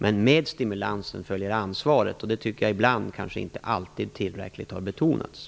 Men med stimulansen följer ansvaret, och det tycker jag kanske inte alltid tillräckligt har betonats.